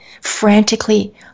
frantically